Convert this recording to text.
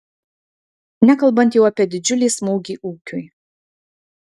nekalbant jau apie didžiulį smūgį ūkiui